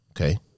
Okay